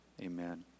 Amen